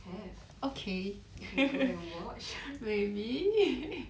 have you can go and watch